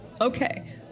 Okay